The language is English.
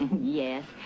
Yes